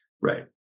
Right